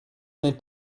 n’est